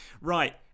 Right